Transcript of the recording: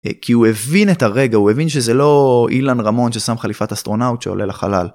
כי הוא הבין את הרגע הוא הבין שזה לא אילן רמון ששם חליפת אסטרונאוט שעולה לחלל.